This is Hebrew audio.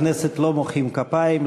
בכנסת לא מוחאים כפיים,